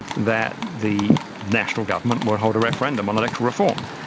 that the national government would hold a referendum on electoral reform.